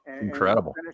Incredible